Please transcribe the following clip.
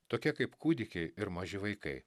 tokie kaip kūdikiai ir maži vaikai